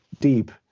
deep